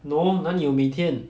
no 哪里有每天